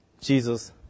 Jesus